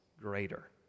greater